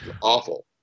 Awful